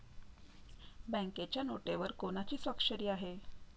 बँकेच्या नोटेवर कोणाची स्वाक्षरी आहे?